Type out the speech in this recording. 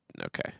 Okay